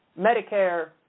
Medicare